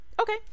Okay